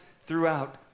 throughout